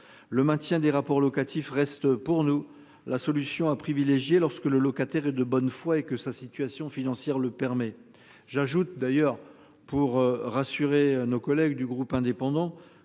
le maintien des rapports locatifs, reste pour nous la solution à privilégier lorsque le locataire est de bonne foi et que sa situation financière le permet. J'ajoute d'ailleurs pour rassurer nos collègues du groupe indépendant